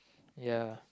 ya